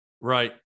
Right